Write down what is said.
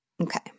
Okay